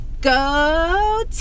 Go